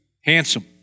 handsome